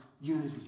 unity